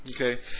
okay